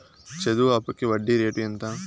చదువు అప్పుకి వడ్డీ రేటు ఎంత?